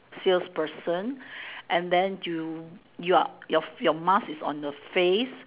sales person and then you you're you're your mask is on the face